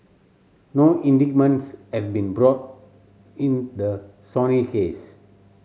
no indictments have been brought in the Sony case